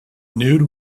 nude